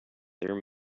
there